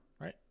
Right